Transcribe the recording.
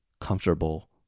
comfortable